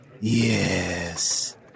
Yes